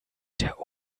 der